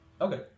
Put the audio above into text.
Okay